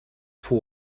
for